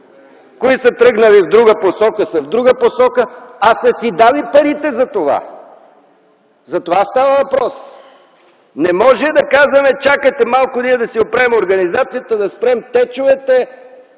които са тръгнали в друга посока, са в друга посока, а са си дали парите за това. За това става въпрос. Не може да казваме: „Чакайте малко ние да си оправим организацията, да спрем течовете!”